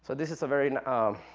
so this is a very, um,